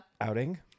outing